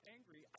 angry